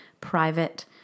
private